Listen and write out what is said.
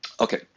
Okay